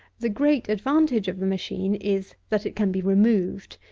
the great advantage of the machine is, that it can be removed.